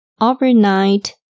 overnight